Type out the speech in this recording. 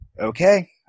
Okay